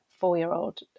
Four-year-old